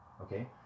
okay